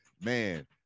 Man